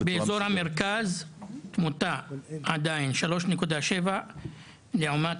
באזור המרכז נותר עדיין 3.7 תמותת תינוקות אצל החברה הערבית לעומת